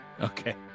Okay